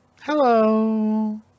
Hello